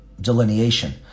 delineation